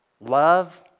Love